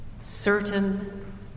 certain